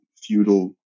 feudal